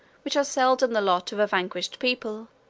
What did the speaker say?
which are seldom the lot of a vanquished people,